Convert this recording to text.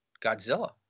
Godzilla